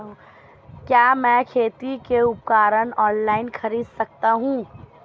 क्या मैं खेती के उपकरण ऑनलाइन खरीद सकता हूँ?